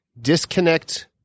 disconnect